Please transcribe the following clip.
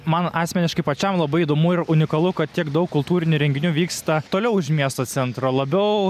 man asmeniškai pačiam labai įdomu ir unikalu kad tiek daug kultūrinių renginių vyksta toliau už miesto centro labiau